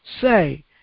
say